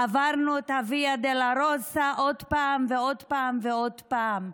עברנו את הוויה דולורוזה עוד פעם ועוד פעם ועוד פעם,